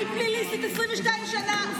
אני פליליסטית 22 שנה.